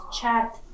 chat